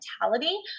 mentality